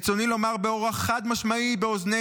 ברצוני לומר באורח חד-משמעי באוזני